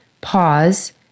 pause